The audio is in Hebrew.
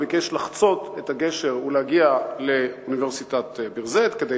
והוא ביקש לחצות את הגשר ולהגיע לאוניברסיטת ביר-זית כדי